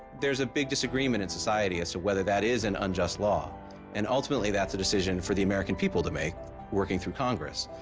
there is a big disagreement in society as to whether that is an unjust law and ultimately thats a decision for american people to make working through congress.